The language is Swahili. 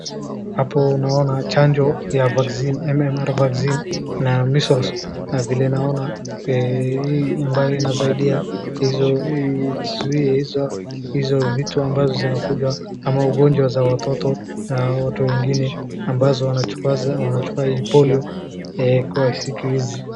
Hapo naona chanjo ya MMR vaccine na measles na vile naona hii ambayo inasaidia kuzuia hizo vitu amabazo zinakuja ama ugonjwa ya watoto au watu wengine ambazo wanachukua hii polio kwa siku hizi.